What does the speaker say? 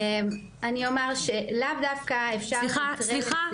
אני אומר שלאו דווקא אפשר --- סליחה,